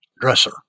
dresser